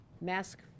mask